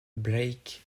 blake